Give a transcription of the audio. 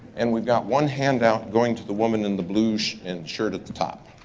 and we've got one handout going to the woman in the blue shirt and shirt at the top.